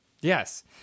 Yes